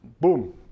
Boom